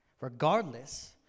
regardless